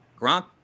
Gronk